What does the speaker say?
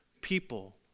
people